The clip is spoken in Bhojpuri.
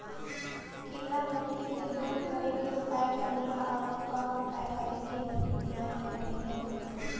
कीड़ा लगले के दूर करे के उपाय का होला और और का उपाय करें कि होयी की कीड़ा न लगे खेत मे?